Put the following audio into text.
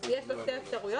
לו שתי אפשרויות.